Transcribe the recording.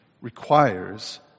requires